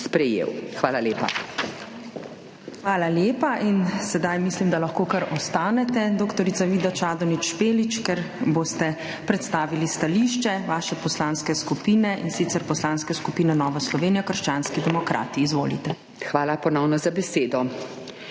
ZUPANČIČ: Hvala lepa. Sedaj mislim, da lahko kar ostanete, dr. Vida Čadonič Špelič, ker boste predstavili stališče vaše poslanske skupine in sicer Poslanske skupine Nova Slovenija-Krščanski demokrati. Izvolite. Nadaljevanje DR.